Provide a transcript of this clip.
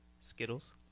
Skittles